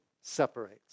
separates